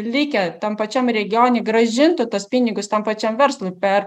likę tam pačiam regioni grąžintų tuos pinigus tam pačiam verslui per